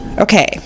okay